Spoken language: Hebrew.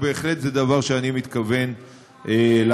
זה בהחלט דבר שאני מתכוון לעשות.